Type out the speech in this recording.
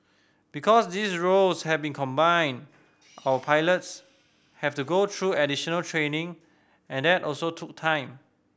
because these roles have been combined our pilots have to go through additional training and that also took time